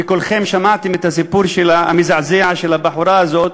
וכולכם שמעתם את הסיפור המזעזע של הבחורה הזאת.